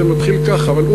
זה מתחיל ככה: אבל,